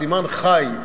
סימן ח"י,